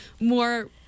more